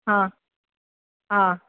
હા હા